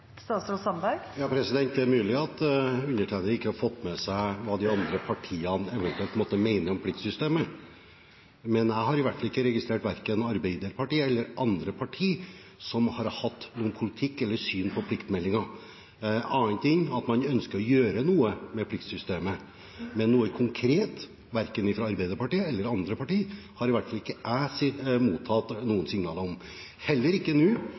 Det er mulig at undertegnede ikke har fått med seg hva de andre partiene ellers måtte mene om pliktsystemet, men jeg har i hvert fall ikke registrert at verken Arbeiderpartiet eller andre partier har hatt noen politikk eller noe syn på pliktmeldingen. En annen ting er at man ønsker å gjøre noe med pliktsystemet, men noe konkret, verken fra Arbeiderpartiet eller fra andre partier, har i hvert fall ikke jeg mottatt noen signaler om. Heller ikke nå